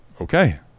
okay